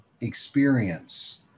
experience